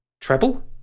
Treble